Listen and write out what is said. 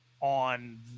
on